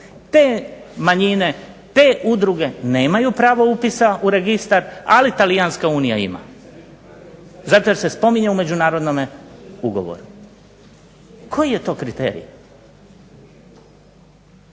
te manjine, te udruge nemaju pravo na upis u registar ali Talijanska unija ima, zato jer se spominje u Međunarodnom ugovoru. Koji je to kriterij?